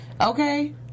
okay